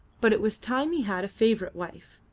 but it was time he had a favourite wife,